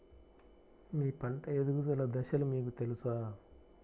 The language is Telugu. మీ పంట ఎదుగుదల దశలు మీకు తెలుసా?